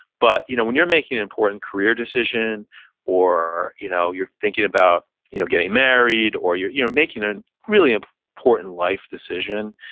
but you know when you're making an important career decision or you know you're thinking about you know getting married, or you're you're making a really important life decision,